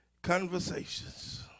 Conversations